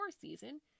season